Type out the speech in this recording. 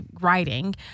writing